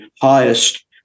highest